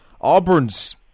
Auburn's